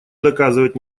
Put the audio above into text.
доказывать